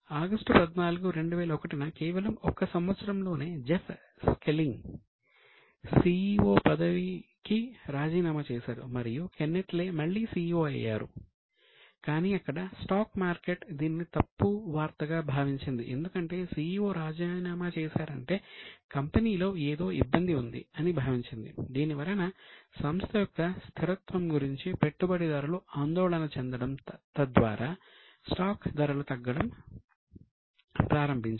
August 14 2001 న కేవలం 1 సంవత్సరంలోనే జెఫ్ స్కిల్లింగ్ ధరలు తగ్గడం ప్రారంభించాయి